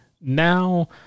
Now